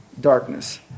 darkness